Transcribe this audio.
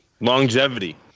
Longevity